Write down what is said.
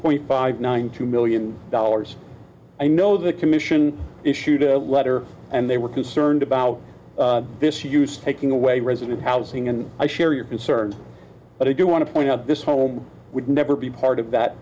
point five nine two million dollars i know the commission issued a letter and they were concerned about this use taking away resident housing and i share your concern but i do want to point out this home would never be part of that